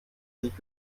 sich